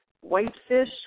whitefish